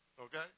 Okay